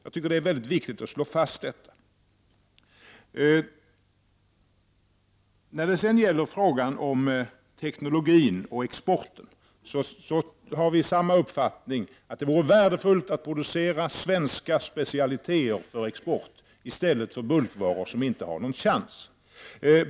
Jag tycker att det är viktigt att slå fast detta. När det gäller frågan om teknologin och exporten menar också vi att det vore värdefullt att producera svenska specialiteter för export i stället för bulkvaror, som inte har någon chans.